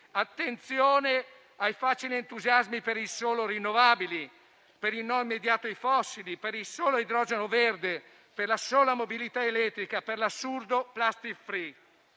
Attenzione ai facili entusiasmi per le sole rinnovabili, per il no immediato ai fossili, per il solo idrogeno verde, per la sola mobilità elettrica e per l'assurdo *plastic free.*